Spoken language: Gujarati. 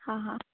હા હા